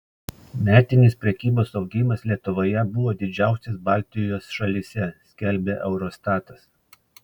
metinis prekybos augimas lietuvoje buvo didžiausias baltijos šalyse skelbia eurostatas